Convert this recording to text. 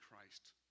Christ